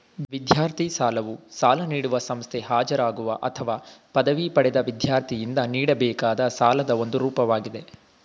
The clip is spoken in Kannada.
ವಿದ್ಯಾರ್ಥಿ ಸಾಲವು ಸಾಲ ನೀಡುವ ಸಂಸ್ಥೆ ಹಾಜರಾಗುವ ಅಥವಾ ಪದವಿ ಪಡೆದ ವಿದ್ಯಾರ್ಥಿಯಿಂದ ನೀಡಬೇಕಾದ ಸಾಲದ ಒಂದು ರೂಪವಾಗಿದೆ